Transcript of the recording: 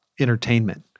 Entertainment